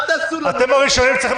אל תעשו לנו טובות.